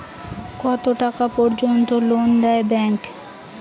কত টাকা পর্যন্ত লোন দেয় ব্যাংক?